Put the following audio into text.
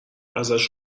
ازش